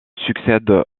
succède